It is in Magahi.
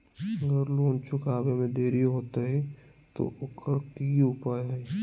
अगर लोन चुकावे में देरी होते तो ओकर की उपाय है?